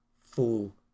full